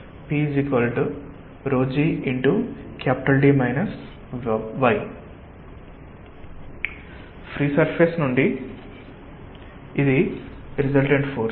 free surface నుండి ఇది resultant force